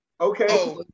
Okay